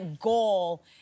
goal